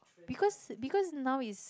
because because now is